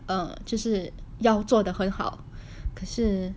err 就是要做得很好可是